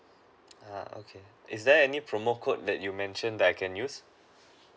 uh okay is there any promo code that you mention that I can use